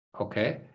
okay